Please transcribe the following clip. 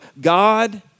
God